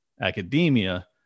academia